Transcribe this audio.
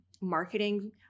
marketing